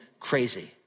crazy